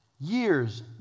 years